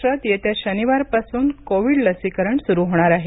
महाराष्ट्रात येत्या शनिवारपासून कोविड लसीकरण सुरू होणार आहे